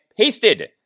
pasted